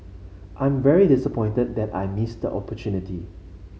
I'm very disappointed that I missed opportunity